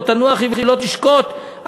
לא תנוח היא ולא תשקוט" נא לסיים.